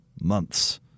months